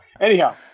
Anyhow